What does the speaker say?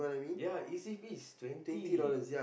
ya easy piece is twenty